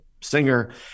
singer